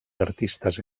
artistes